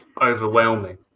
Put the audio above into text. overwhelming